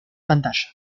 pantalla